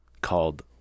called